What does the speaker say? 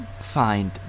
find